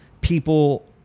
people